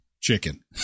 chicken